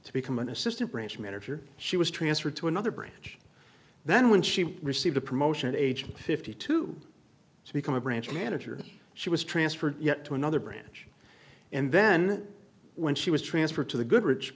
to become an assistant branch manager she was transferred to another branch then when she received a promotion aged fifty two to become a branch manager she was transferred yet to another branch and then when she was transferred to the goodri